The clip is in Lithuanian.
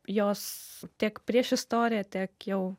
jos tiek priešistorė tiek jau